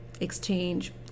exchange